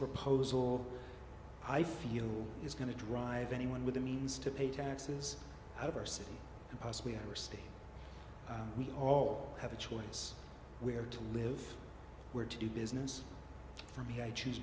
proposal i feel is going to drive anyone with the means to pay taxes however city and possibly our state we all have a choice where to live where to do business for me i choose